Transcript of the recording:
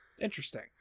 Interesting